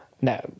No